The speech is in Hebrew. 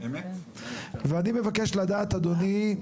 ואני מבקש לדעת אדוני,